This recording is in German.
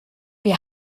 wir